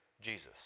Jesus